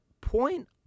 point